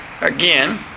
again